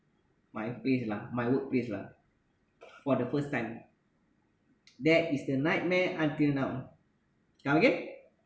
my place lah my workplace lah for the first time that is the nightmare until now come again